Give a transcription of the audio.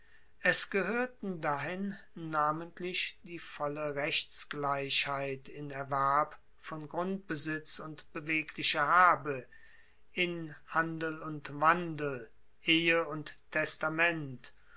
es gehoerten dahin namentlich die volle rechtsgleichheit in erwerb von grundbesitz und beweglicher habe in handel und wandel ehe und testament